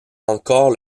encore